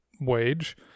wage